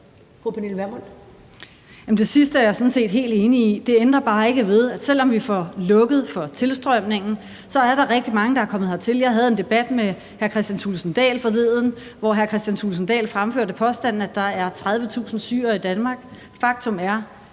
det sidste er jeg sådan set helt enig i. Det ændrer bare ikke ved, at selv om vi får lukket for tilstrømningen, så er der rigtig mange, der er kommet hertil. Jeg havde en debat med hr. Kristian Thulesen Dahl forleden, hvor han fremførte den påstand, at der er 30.000 syrere i Danmark. Faktum er,